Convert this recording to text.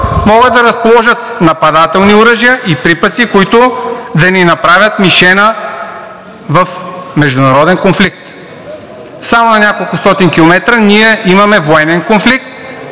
могат да разположат нападателни оръжия и припаси, които да ни направят мишена в международен конфликт. Само на няколкостотин километра ние имаме военен конфликт